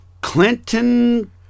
Clinton